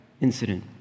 incident